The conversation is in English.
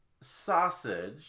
sausage